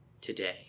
today